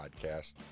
podcast